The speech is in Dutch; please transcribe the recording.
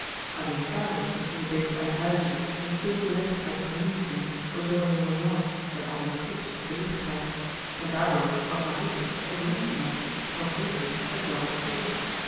alleen karel was misschien een beetje uithuizig en te veel weg uit den familie kring voor zoo een jongen jongen met al zijn clubs en gewichtigheid en daardoor had marietje het jongste meisje van veertien het wel wat stil